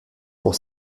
pour